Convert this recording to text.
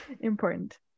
Important